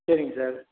சரிங்க சார்